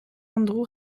andrew